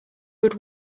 good